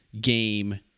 game